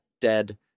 dead